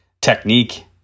technique